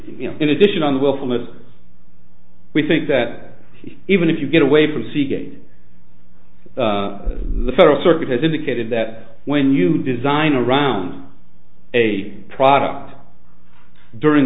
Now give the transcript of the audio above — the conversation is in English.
you do in addition on the willfulness we think that even if you get away from seagate the federal circuit has indicated that when you design around a product during